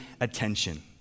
attention